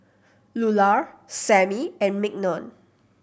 Lular Sammy and Mignon